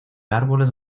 árboles